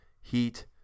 heat